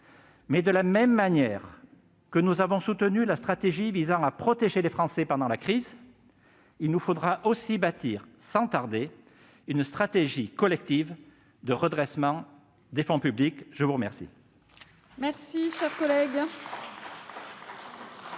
de la même manière que nous avons soutenu la stratégie visant à protéger les Français pendant la crise. Il nous faudra toutefois bâtir sans tarder une stratégie collective de redressement des fonds publics. La parole est à M. Thierry Cozic.